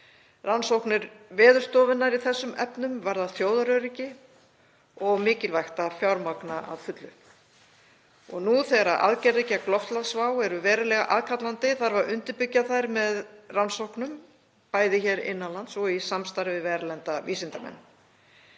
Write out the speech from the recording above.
Rannsóknir Veðurstofunnar í þessum efnum varða þjóðaröryggi og mikilvægt að fjármagna að fullu. Og nú þegar aðgerðir gegn loftslagsvá eru verulega aðkallandi þarf að undirbyggja þær með rannsóknum, bæði hér innan lands og í samstarfi við erlenda vísindamenn.